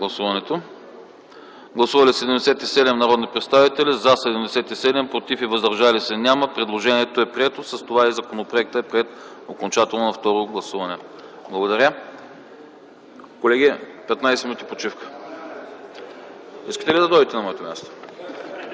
Гласували 77 народни представители: за 77, против и въздържали се няма. Предложението е прието, а с това и законопроектът е приет окончателно на второ гласуване. Благодаря. Колеги, 15 минути почивка! (След почивката.)